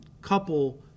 couple